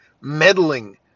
meddling